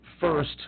first